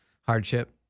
hardship